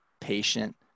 patient